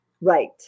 Right